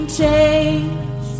change